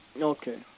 Okay